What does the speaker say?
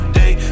day